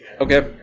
Okay